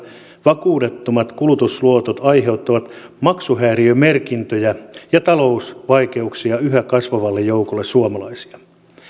vakuudettomat kulutusluotot aiheuttavat maksuhäiriömerkintöjä ja talousvaikeuksia yhä kasvavalle joukolle suomalaisia